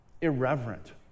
irreverent